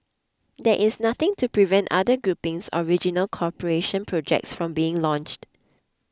there is nothing to prevent other groupings or regional cooperation projects from being launched